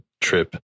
trip